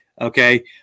Okay